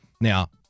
Now